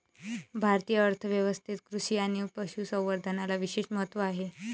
भारतीय अर्थ व्यवस्थेत कृषी आणि पशु संवर्धनाला विशेष महत्त्व आहे